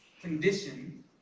condition